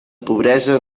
pobresa